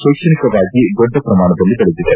ಕೈಕ್ಷಣಿಕವಾಗಿ ದೊಡ್ಡ ಪ್ರಮಾಣದಲ್ಲಿ ಬೆಳೆದಿದೆ